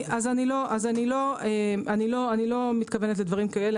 אז אני לא מתכוונת לדברים כאלה,